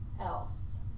else